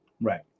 right